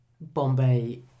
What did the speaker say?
Bombay